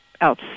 else